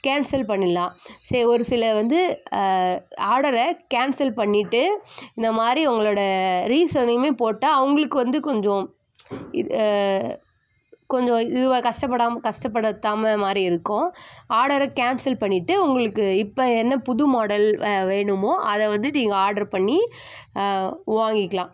cancel பண்ணிடலாம் சரி ஒரு சிலர் வந்து ஆடரை கேன்சல் பண்ணிட்டு இந்தமாதிரி உங்களோடய ரீசனையுமே போட்டால் அவங்களுக்கு வந்து கொஞ்சம் கொஞ்சம் இதுவாக கஸ்டப்படாமல் கஸ்டப்படுத்தாமல் மாதிரி இருக்கும் ஆடரை கேன்சல் பண்ணிட்டு உங்களுக்கு இப்போ என்ன புது மாடல் வேணுமோ அதை வந்து நீங்கள் ஆடர் பண்ணி வாங்கிக்கலாம்